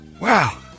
wow